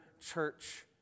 church